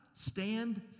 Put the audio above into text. stand